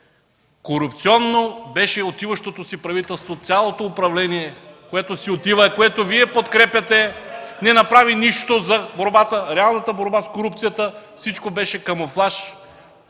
Корупционно беше отиващото си правителство. Цялото управление, което си отива и което Вие подкрепяте, не направи нищо за реалната борба с корупцията. Всичко беше камуфлаж.